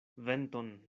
venton